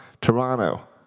Toronto